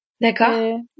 D'accord